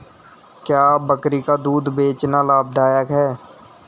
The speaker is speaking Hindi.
क्या बकरी का दूध बेचना लाभदायक है?